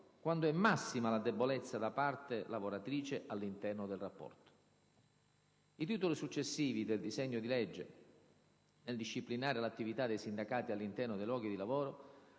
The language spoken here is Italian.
quando è massima la debolezza della parte lavoratrice all'interno del rapporto. I Titoli successivi del disegno di legge, nel disciplinare l'attività dei sindacati all'interno dei luoghi di lavoro,